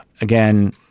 again